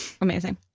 Amazing